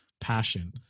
passion